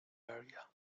area